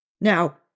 Now